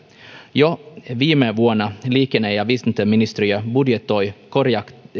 jo viime vuonna liikenne ja viestintäministeriö budjetoi korjatakseen